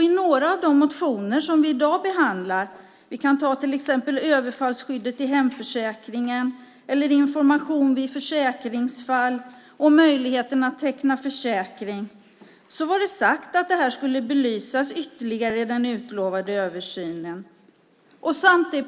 I några av de motioner som vi i dag behandlar, till exempel överfallsskyddet i hemförsäkringen, information vid försäkringsfall och möjligheten att teckna försäkring, var det sagt att detta skulle belysas ytterligare i den utlovade översynen.